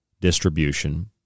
distribution